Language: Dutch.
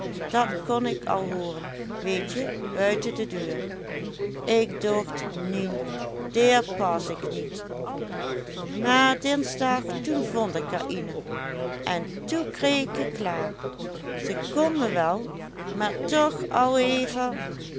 dat kon k al hooren weetje buiten de deur k docht nien deer pas ik niet maar dinsdag toe vond ik er iene en toe kreeg ik t klaar ze kon me wel maar toch alevel